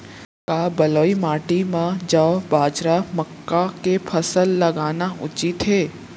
का बलुई माटी म जौ, बाजरा, मक्का के फसल लगाना उचित हे?